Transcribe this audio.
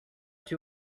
two